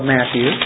Matthew